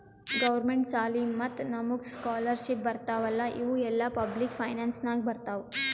government ಸಾಲಿ ಮತ್ತ ನಮುಗ್ ಸ್ಕಾಲರ್ಶಿಪ್ ಬರ್ತಾವ್ ಅಲ್ಲಾ ಇವು ಎಲ್ಲಾ ಪಬ್ಲಿಕ್ ಫೈನಾನ್ಸ್ ನಾಗೆ ಬರ್ತಾವ್